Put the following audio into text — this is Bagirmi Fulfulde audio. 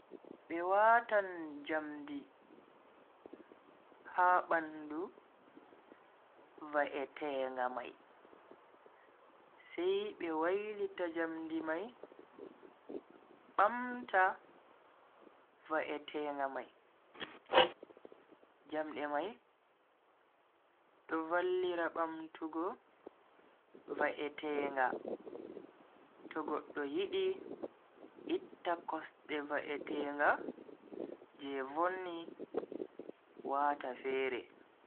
Be watan jamdi ha bandu va'etenga mai sai be wailita jamdi mai bamta va'etenga mai. jamde mai do vallira bamtugo va'etenga to goddo yidi itta kosde va'etenga je vonni wata fere.